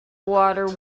water